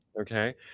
Okay